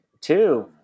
Two